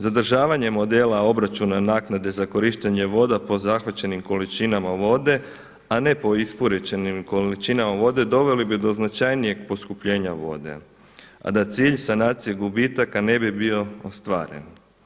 Zadržavanjem modela obračuna naknade za korištenje voda po zahvaćenim količinama vode, a ne po isporučenim količinama vode doveli bi do značajnijeg poskupljenja vode, a da cilj sanacije gubitaka ne bi bio ostvaren.